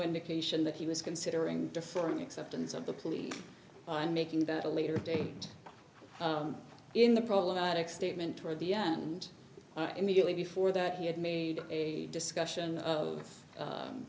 indication that he was considering deforming acceptance of the plea and making that a later date in the problematic statement toward the end immediately before that he had made a discussion of